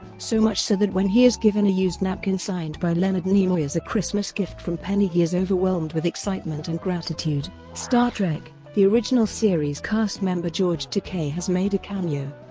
so much so that when he is given a used napkin signed by leonard nimoy as a christmas gift from penny he is overwhelmed with excitement and gratitude. star trek the original series cast member george takei has made a cameo,